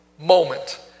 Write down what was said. moment